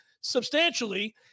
substantially